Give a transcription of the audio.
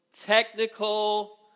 technical